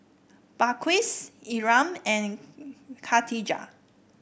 Balqis Imran and Khatijah